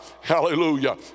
Hallelujah